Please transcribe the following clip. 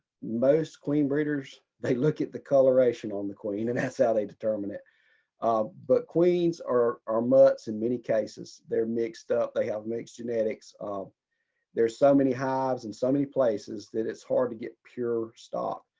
most queen breeders, they look at the coloration on the queen, and that's how they determine it. jeff pippin um but queens are are mutts in many cases. they're mixed up. they have mixed genetics. um there's so many hives in so many places that it's hard to get pure stock.